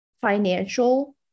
financial